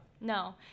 No